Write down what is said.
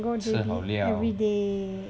I can go J_B everyday